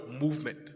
movement